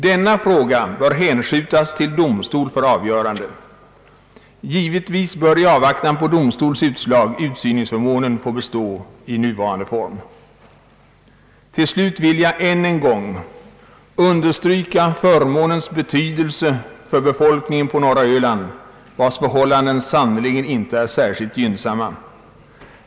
Denna fråga bör hänskjutas till domstol för avgörande. Givetvis bör i avvaktan på domstolsutslag utsyningsförmånen få bestå i nuvarande form. Till slut vill jag än en gång understryka förmånens betydelse för befolkningen på norra Öland, vars förhållanden sannerligen inte är särskilt gynnsamma.